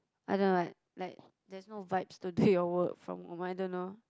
I don't like like there's no vibes to do your work from home I don't know